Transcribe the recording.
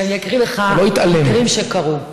כשאני אקריא לך על דברים שקרו.